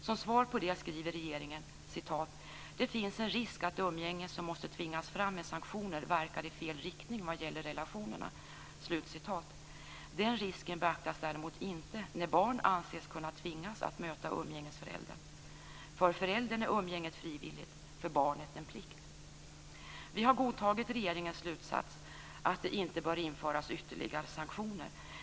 Som svar på det skriver regeringen: "Det finns en risk att umgänge som måste tvingas fram med sanktioner verkar i fel riktning vad gäller relationerna". Den risken beaktas däremot inte när barn anses kunna tvingas att möta umgängesföräldern. För föräldern är umgänget frivilligt - för barnet en plikt. Vi har godtagit regeringens slutsats att det inte bör införas ytterligare sanktioner.